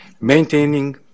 maintaining